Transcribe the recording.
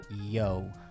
yo